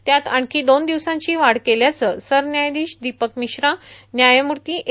त्यात आणखी दोन दिवसांची वाढ केल्याचं सरन्यायाधीश दीपक मिश्रा व्यायमूर्ती ए